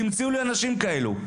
תמצאו לי אנשים כאלו.